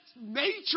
nature